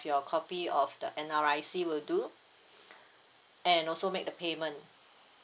your copy of the N_R_I_C will do and also make the payment